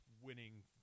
winning